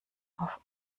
auf